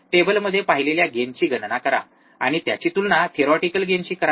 टेबलमध्ये पाहिलेल्या गेनची गणना करा आणि त्याची तुलना थेरिओटिकेल गेनशी करा